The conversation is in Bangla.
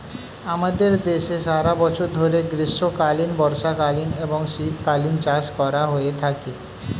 আমাদের দেশে সারা বছর ধরে গ্রীষ্মকালীন, বর্ষাকালীন এবং শীতকালীন চাষ করা হয়ে থাকে